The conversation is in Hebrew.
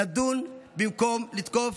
נדון במקום לתקוף,